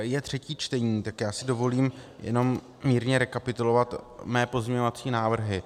Je třetí čtení, tak si dovolím jenom mírně rekapitulovat své pozměňovací návrhy.